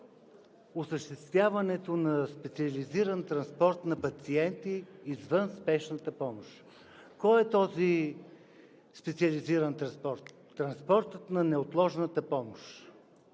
осъществяването на специализиран транспорт на пациенти извън спешната помощ. Кой е този специализиран транспорт? Транспортът на неотложната помощ.